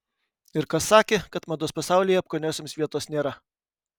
ir kas sakė kad mados pasaulyje apkūniosioms vietos nėra